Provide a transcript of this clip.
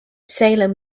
salem